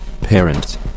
Parents